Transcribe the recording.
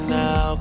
now